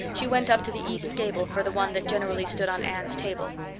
she went up to the east gable for the one that generally stood on anne's table.